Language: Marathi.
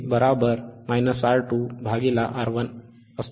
591KHz मिळते